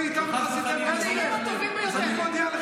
כבר ראש חודש,